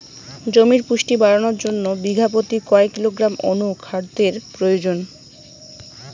জমির পুষ্টি বাড়ানোর জন্য বিঘা প্রতি কয় কিলোগ্রাম অণু খাদ্যের প্রয়োজন?